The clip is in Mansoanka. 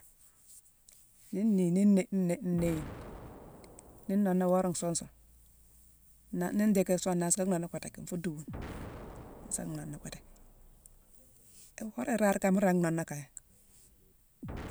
Miine ni nii nné- nné- néyine, ni nnooné wora nsuun sune, na-ni ndii kir song, nnansi ka nnhooné kotinké, nfuu duubune nsa nnooné kottinké. Iworé iraare kama mu ringi nhooné kaye.